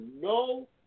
no